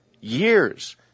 years